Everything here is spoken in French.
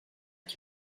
qui